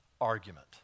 Argument